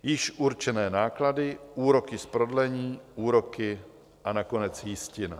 Již určené náklady, úroky z prodlení, úroky a nakonec jistina.